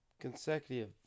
Consecutive